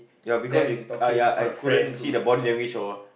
ya because it I uh I couldn't see the body language or